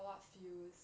got what feels